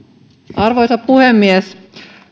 arvoisa puhemies